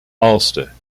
ulster